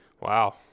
Wow